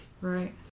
Right